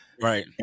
Right